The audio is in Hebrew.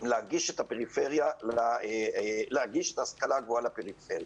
להנגיש את ההשכלה הגבוהה לפריפריה.